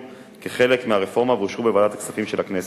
כחלק מהרפורמה ואושרו בוועדת הכספים של הכנסת.